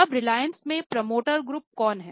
अब रिलायंस में promoter group कौन हैं